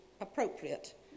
appropriate